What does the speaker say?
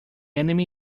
enemy